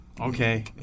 Okay